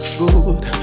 good